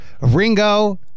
Ringo